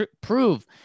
prove